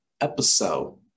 episode